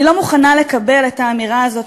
אני לא מוכנה לקבל את האמירה הזאת,